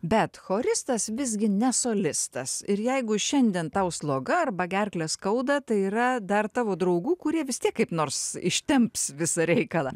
bet choristas visgi ne solistas ir jeigu šiandien tau sloga arba gerklę skauda tai yra dar tavo draugų kurie vis tiek kaip nors ištemps visą reikalą